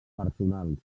personals